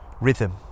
Rhythm